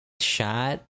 shot